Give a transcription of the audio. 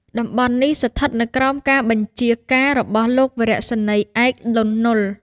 តំបន់នេះស្ថិតនៅក្រោមការបញ្ជាការរបស់លោកវរសេនីយ៍ឯក លន់ ណុល។